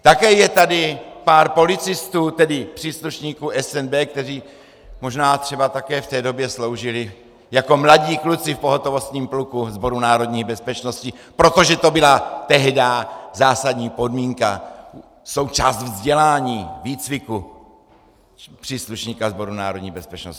Také je tady pár policistů, tedy příslušníků SNB, kteří možná třeba také v té době sloužili jako mladí kluci v pohotovostním pluku Sboru národní bezpečnosti, protože to byla tehdy zásadní podmínka, součást vzdělání, výcviku příslušníka Sboru národní bezpečnosti.